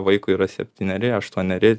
vaikui yra septyneri aštuoneri